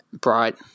bright